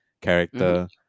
character